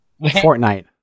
Fortnite